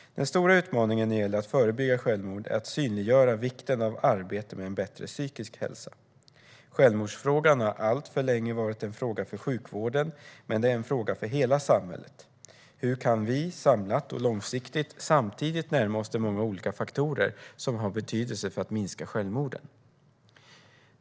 Den stora utmaningen när det gäller att förebygga självmord är att synliggöra vikten av arbete med en bättre psykisk hälsa. Självmordsfrågan har alltför länge varit en fråga för sjukvården, men det är en fråga för hela samhället. Hur kan vi, samlat och långsiktigt, samtidigt närma oss de många olika faktorer som har betydelse för att minska självmorden?